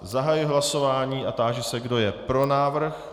Zahajuji hlasování a táži se, kdo je pro návrh.